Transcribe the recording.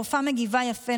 הרופאה מגיבה יפה,